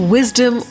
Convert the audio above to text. Wisdom